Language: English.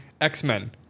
X-Men